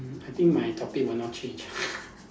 I think my topic will not change